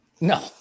No